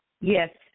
Yes